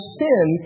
sin